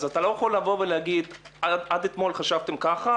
אז אתה לא יכול לבוא ולהגיד: עד אתמול חשבתם ככה,